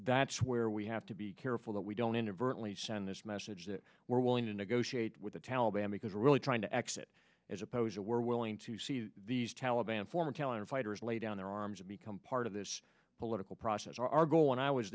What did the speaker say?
that's where we have to be careful that we don't inadvertently send this message that we're willing to negotiate with the taliban because we're really trying to exit as opposed to we're willing to see these taliban former taliban fighters lay down their arms and become part of this political process or our goal when i was